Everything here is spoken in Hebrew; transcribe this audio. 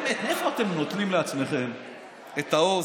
אני שואל את עצמי מאיפה אתם נוטלים לעצמכם את העוז,